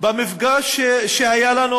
שבמפגש שהיה לנו,